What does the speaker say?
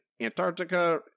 Antarctica